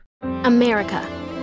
America